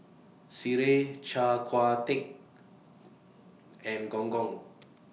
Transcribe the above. Sireh Char Kway Teow and Gong Gong